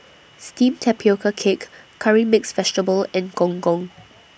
Steamed Tapioca Cake Curry Mixed Vegetable and Gong Gong